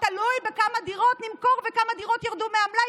תלוי כמה דירות נמכור וכמה דירות ירדו מהמלאי,